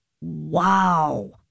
wow